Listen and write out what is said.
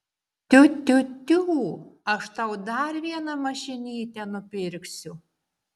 tiu tiu tiū aš tau dar vieną mašinytę nupirksiu